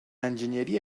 enginyeria